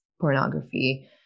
pornography